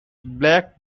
black